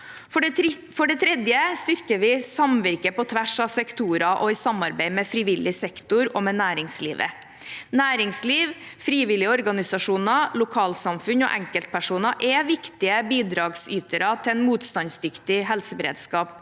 For det tredje styrker vi samvirket på tvers av sektorer og samarbeidet med frivillig sektor og med næringslivet. Næringsliv, frivillige organisasjoner, lokalsamfunn og enkeltpersoner er viktige bidragsytere til en motstandsdyktig helseberedskap.